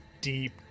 deep